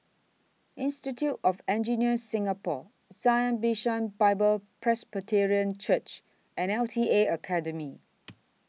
Institute of Engineers Singapore Zion Bishan Bible Presbyterian Church and L T A Academy